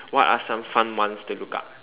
what are some fun ones to look up